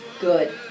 good